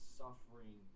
suffering